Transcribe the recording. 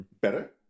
Better